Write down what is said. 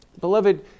Beloved